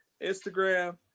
Instagram